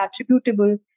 attributable